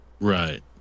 right